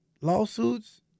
lawsuits